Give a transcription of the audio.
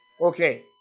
Okay